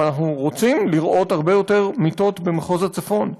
אבל אנחנו רוצים לראות הרבה יותר מיטות במחוז הצפון.